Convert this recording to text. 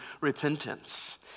repentance